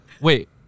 Wait